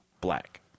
black